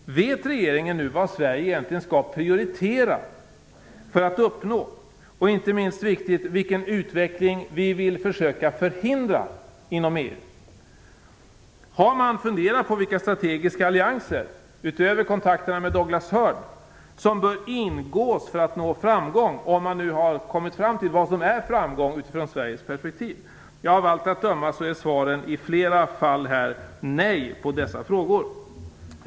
Vet regeringen nu vad Sverige egentligen skall prioritera för att uppnå, och inte minst viktigt, vilken utveckling vi vill förhindra inom EU? Har man funderat på vilka strategiska allianser - utöver kontakterna med Douglas Hurd - som bör ingås för att man skall nå framgång? Men man kanske inte har kommit fram till vad som är framgång utifrån Sveriges perspektiv. Av allt att döma är svaren i de flesta fall nej på dessa frågor.